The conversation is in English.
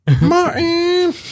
Martin